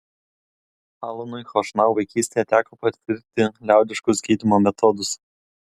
alanui chošnau vaikystėje teko patirti liaudiškus gydymo metodus